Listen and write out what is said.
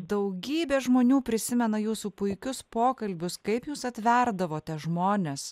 daugybė žmonių prisimena jūsų puikius pokalbius kaip jūs atverdavote žmones